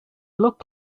look